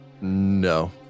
No